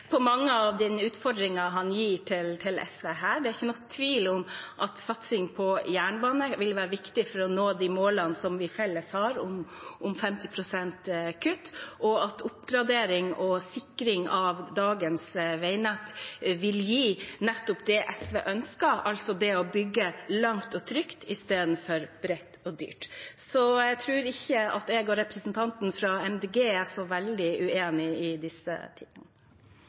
mange av de utfordringene han gir til SV her. Det er ikke noen tvil om at satsing på jernbane vil være viktig for å nå vårt felles mål om 50 pst. kutt, og at oppgradering og sikring av dagens veinett vil gi nettopp det SV ønsker, altså det å bygge langt og trygt istedenfor bredt og dyrt. Så jeg tror ikke at jeg og representanten fra Miljøpartiet De Grønne er så veldig uenig i disse tingene.